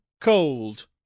cold